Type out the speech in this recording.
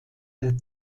der